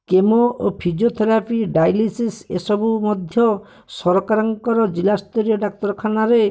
chemo ଓ physiotherapy dialysis ଏ ସବୁ ମଧ୍ୟ ସରକାରଙ୍କର ଜିଲ୍ଲାସ୍ତରୀୟ ଡ଼ାକ୍ତରଖାନାରେ